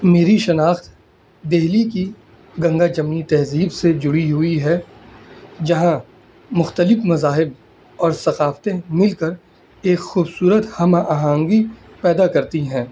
میری شناخت دہلی کی گنگا جمنی تہذیب سے جڑی ہوئی ہے جہاں مختلف مذاہب اور ثقافتیں مل کر ایک خوبصورت ہم آہنگی پیدا کرتی ہیں